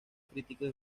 críticos